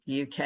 UK